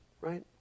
right